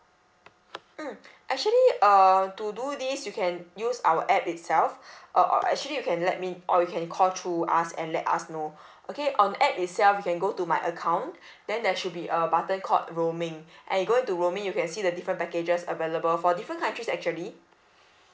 mm actually err to do this you can use our app itself uh or actually you can let me or you can call through us and let us know okay on app itself you can go to my account then there should be a button called roaming and going to roaming you can see the different packages available for different countries actually